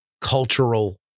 cultural